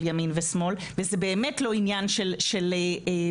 ימין ושמאל וזה באמת לא עניין של פוליטי,